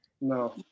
No